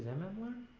m m y